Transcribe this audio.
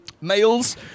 Males